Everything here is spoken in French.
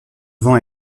vent